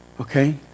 Okay